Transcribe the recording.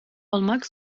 olmak